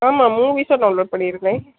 ஆமாம் மூவீஸூம் டவுன்லோட் பண்ணியிருந்தேன்